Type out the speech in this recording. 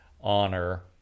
honor